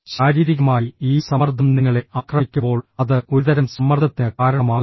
ശാരീരികമായി ഈ സമ്മർദ്ദം നിങ്ങളെ ആക്രമിക്കുമ്പോൾ അത് ഒരുതരം സമ്മർദ്ദത്തിന് കാരണമാകുന്നു